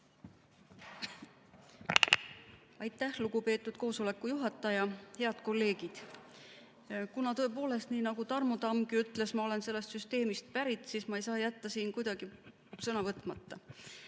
Aitäh, lugupeetud koosoleku juhataja! Head kolleegid! Tõepoolest, nii nagu Tarmo Tamm ütles, et ma olen sellest süsteemist pärit, siis ma ei saa kuidagi jätta siin sõna võtmata.